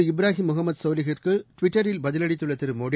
இப்ராஹிம் முகம்மதுசோலிஹிற்குட்விட்டரில் பதிலளித்துள்ளதிருமோடி